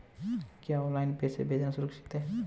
क्या ऑनलाइन पैसे भेजना सुरक्षित है?